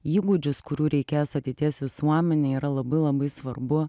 įgūdžius kurių reikės ateities visuomenei yra labai labai svarbu